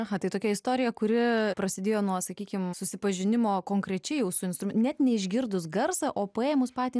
aha tai tokia istorija kuri prasidėjo nuo sakykime susipažinimo konkrečiai jūsų instrum net neišgirdus garso o paėmus patį